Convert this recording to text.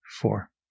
four